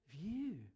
view